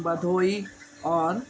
बधोड़ी और